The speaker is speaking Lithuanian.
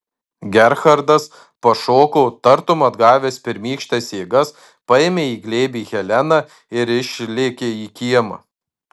gerhardas pašoko tartum atgavęs pirmykštes jėgas paėmė į glėbį heleną ir išlėkė į kiemą